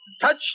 Touch